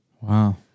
Wow